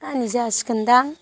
नानि जासिगोन दां